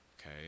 okay